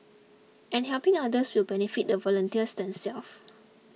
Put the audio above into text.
and helping others will benefit the volunteers themselves